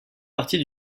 partie